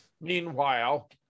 Meanwhile